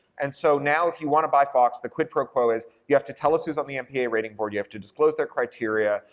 and so now if you wanna buy fox, the quid pro quo is you have to tell us who's on the mpaa rating board, you have to disclose their criteria,